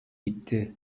gitti